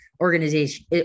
organization